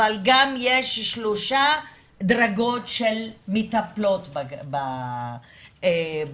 אבל גם יש שלושה דרגות של מטפלות בילדים.